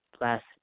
last